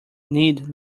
need